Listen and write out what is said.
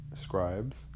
scribes